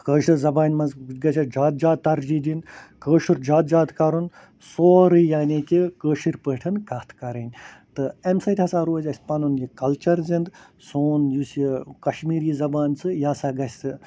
کٲشِر زبانہِ مَنٛز گَژھِ اَسہِ زیادٕ زیادٕ ترجیح دِنۍ کٲشُر یزادٕ زیادٕ کَرُن سورُے یعنی کہِ کٲشِر پٲٹھٮ۪ن کتھ کَرٕنۍ تہٕ اَمہِ سۭتۍ ہَسا روزِ اَسہِ پَنُن یہِ کَلچَر زِنٛدٕ سون یُس یہِ کشمیٖری زبان چھِ یہِ ہَسا گَژھِ